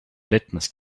litmus